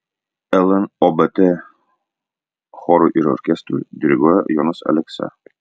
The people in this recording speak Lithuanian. lnobt chorui ir orkestrui diriguoja jonas aleksa